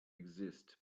exist